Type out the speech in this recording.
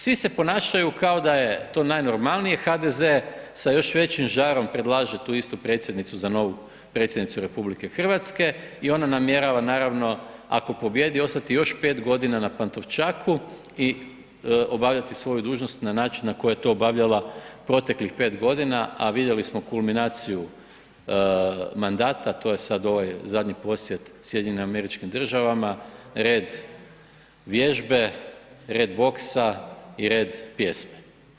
Svi se ponašaju kao da je to najnormalnije, HDZ sa još većim žarom predlaže tu istu predsjednicu za novu predsjednicu RH i ona namjerava naravno, ako pobjedi, ostati još 5 godina na Pantovčaku i obavljati svoju dužnost na način na koji je to obavljala proteklih 5 godina, a vidjeli smo kulminaciju mandata, to je sad ovaj zadnjih posjet SAD-u, red vježbe, red boksa i red pjesme.